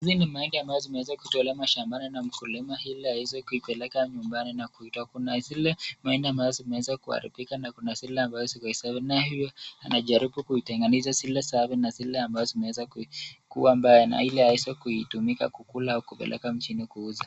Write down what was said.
Mahindi ambazo imetolewa shambani na mkulima ili aweze kuipeleka nyumbani. Kuna zike ambazo zimeweza kuharibika na kuna zile ziko sawa. Anajaribu kutenganisha zile safi na zile ambazo zimeweza kuwa mbaya na ili aweza kuitumika kukula au kuipeleka mjini kuuza